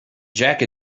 jack